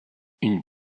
une